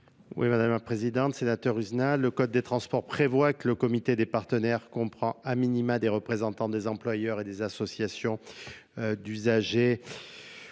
Mᵐᵉ la Présidente, Senator Usa, le code des transports prévoit que le comité des partenaires comprend a minima des représentants des employeurs et des associations. d'usagers